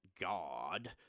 God